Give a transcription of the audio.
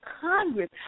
Congress